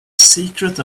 secret